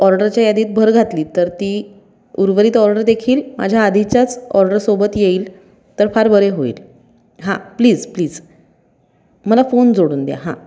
ऑर्डरच्या यादीत भर घातली तर ती उर्वरित ऑर्डर देखील माझ्या आधीच्याच ऑर्डरसोबत येईल तर फार बरे होईल हां प्लीज प्लीज मला फोन जोडून द्या हां